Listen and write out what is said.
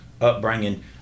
upbringing